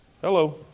Hello